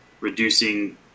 reducing